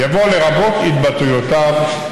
יבוא "לרבות התבטאויותיו,